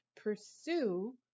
pursue